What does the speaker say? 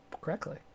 correctly